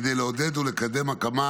כדי לעודד ולקדם הקמה